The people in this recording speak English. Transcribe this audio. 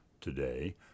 Today